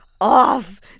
off